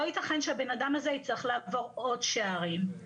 לא ייתכן שהבן אדם הזה יצטרך לעבור עוד שערים.